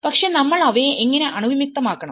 പക്ഷെ നമ്മൾ അവയെ എങ്ങനെ അണുവിമുക്തമാക്കണം